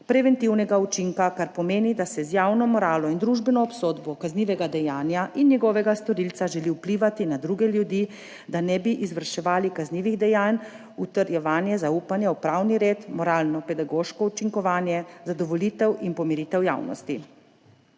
preventivnega učinka, kar pomeni, da se z javno moralo in družbeno obsodbo kaznivega dejanja in njegovega storilca želi vplivati na druge ljudi, da ne bi izvrševali kaznivih dejanj, utrjevanje zaupanja v pravni red, moralno, pedagoško učinkovanje, zadovoljitev in pomiritev javnosti.